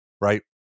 right